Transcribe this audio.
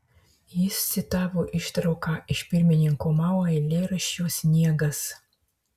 jis citavo ištrauką iš pirmininko mao eilėraščio sniegas